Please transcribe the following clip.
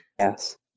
yes